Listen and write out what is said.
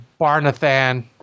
Barnathan